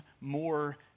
more